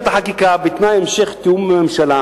את החקיקה בתנאי שיהיה המשך תיאום עם הממשלה.